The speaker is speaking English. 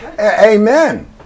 Amen